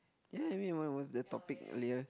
ya I mean what was the topic earlier